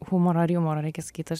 humorą ar jumorą reikia sakyt aš